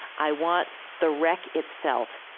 i want the wreck itself,